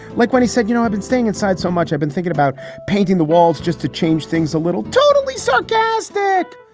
like when he said, you know, i've been staying inside so much, i've been thinking about painting the walls just to change things a little totally sarcastic.